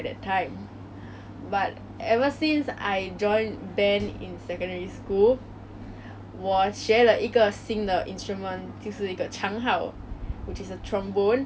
and it was so heavy in the first place I didn't want that instrument but what it made me learn was that not to give up so easily